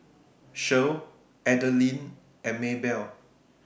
Shirl Adalynn and Maybelle